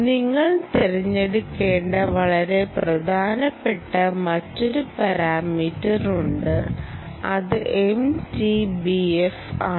നിങ്ങൾ തിരഞ്ഞെടുക്കേണ്ട വളരെ പ്രധാനപ്പെട്ട മറ്റൊരു പാരാമീറ്റർ ഉണ്ട് അത് MTBF ആണ്